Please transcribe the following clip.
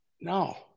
No